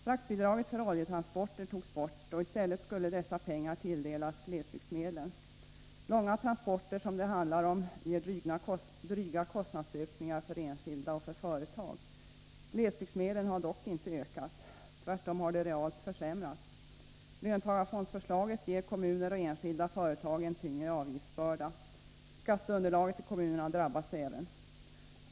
Fraktbidraget för oljetransporter togs bort, och i stället skulle dessa pengar tilldelas glesbygdsmedlen. Långa transporter, som det handlar om, ger dryga kostnadsökningar för enskilda och företag. Glesbygdsmedlen har dock inte ökat, tvärtom har de realt försämrats. Löntagarfondsförslaget ger kommuner och enskilda företag en tyngre avgiftsbörda. Skatteunderlaget i kommunerna drabbas även.